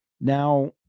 Now